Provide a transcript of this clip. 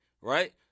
right